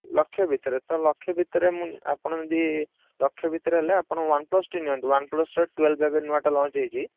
ଲକ୍ଷେ ଭିତରେ ତ ଲକ୍ଷେ ଭିତରେ ମୁଁ ଆପଣ ଯଦି ଲକ୍ଷେ ଭିତରେ ହେଲେ ଆପଣ ୱାନ୍ପ୍ଲସ୍ଟି ନିଅନ୍ତୁ ୱାନ୍ପ୍ଲସ୍ର ଟୁଏଲ୍ଭ୍ ଏବେ ନୂଆଟେ ଲଞ୍ଚ୍ ହେଇଛି